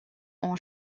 ont